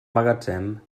magatzem